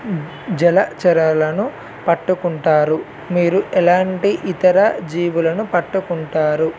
జలచరాలను పట్టుకుంటారు మీరు ఎలాంటి ఇతర జీవులను పట్టుకుంటారు